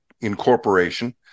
incorporation